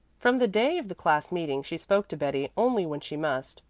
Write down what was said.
from the day of the class meeting she spoke to betty only when she must,